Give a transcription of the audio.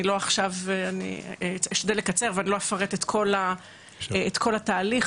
אני אשתדל לקצר ואני לא אפרט את כל התהליך,